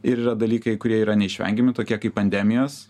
ir yra dalykai kurie yra neišvengiami tokie kaip pandemijos